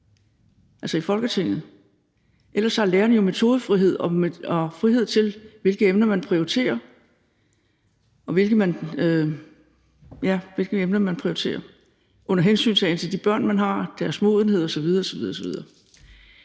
altså i Folketinget, ellers har lærerne jo metodefrihed og frihed, i forhold til hvilke emner de prioriterer, under hensyntagen til de børn, de har, deres modenhed osv. osv. Jeg